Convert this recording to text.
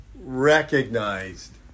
recognized